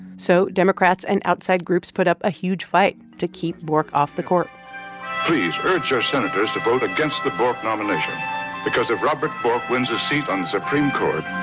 so democrats and outside groups put up a huge fight to keep bork off the court please urge your senators to vote against the bork nomination because if robert bork wins a seat on the supreme court,